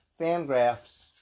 Fangraphs